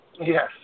Yes